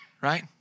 right